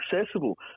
accessible